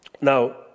Now